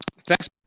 Thanks